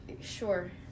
Sure